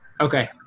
Okay